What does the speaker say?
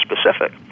specific